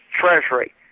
Treasury